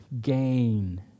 Gain